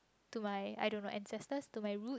to my I don't know to my ancestors to my root